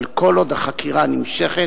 אבל כל עוד החקירה נמשכת,